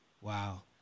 Wow